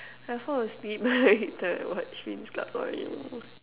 I fall asleep watch winx-club sorry mm